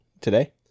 Today